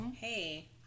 hey